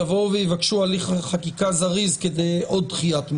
יבואו ויבקשו הליך חקיקה זריז כדי עוד קביעת מועד.